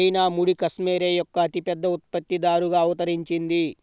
China ముడి cashmere యొక్క అతిపెద్ద ఉత్పత్తిదారుగా అవతరించింది